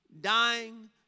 dying